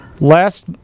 Last